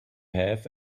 have